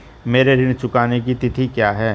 मेरे ऋण चुकाने की तिथि क्या है?